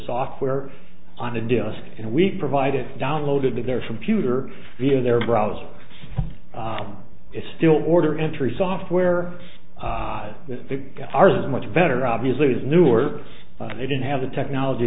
software on a disk and we provided downloaded to their computer via their browser is still order entry software ours is much better obviously is newer but they didn't have the technology